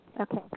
Okay